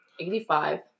85